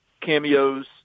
cameos